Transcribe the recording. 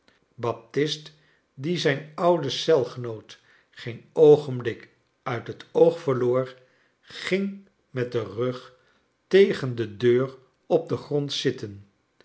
baptist die zijn ouden celgenout geen oogenblik uit het oog verloor ging met den rug tegen de deur op den grond zitten